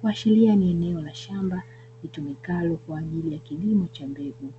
kuashiria ni eneo la shamba litumikalo kwa ajili ya kilimo cha mbegu.